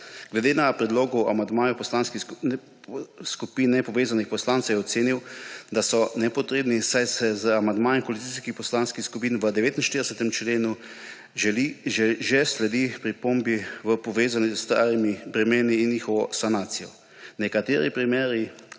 vlade. Za predloge amandmajev Poslanske skupine nepovezanih poslancev je ocenil, da so nepotrebni, saj se z amandmajem koalicijskih poslanskih skupin k 49. členu že sledi pripombi, povezani s starimi bremeni in njihovo sanacijo. Nekateri primeri